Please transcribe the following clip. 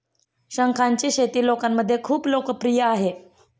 शंखांची शेती लोकांमध्ये खूप लोकप्रिय आहे